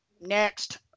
next